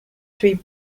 three